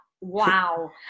Wow